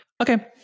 okay